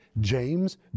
James